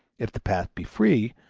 if the path be free,